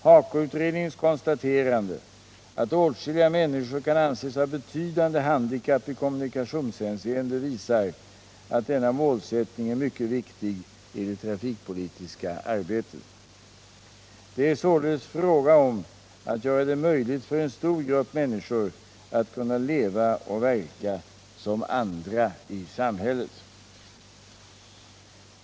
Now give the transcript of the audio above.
HAKO-utredningens konstaterande att åtskilliga människor kan anses ha betydande handikapp i kommunikationshänseende visar att denna målsättning är mycket viktig i det trafikpolitiska arbetet. Det är således fråga om att göra det möjligt för en stor grupp människor att leva och verka som andra i samhället.